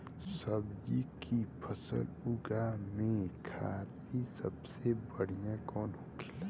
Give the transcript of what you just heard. सब्जी की फसल उगा में खाते सबसे बढ़ियां कौन होखेला?